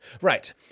Right